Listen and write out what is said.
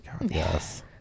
Yes